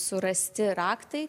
surasti raktai